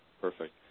Perfect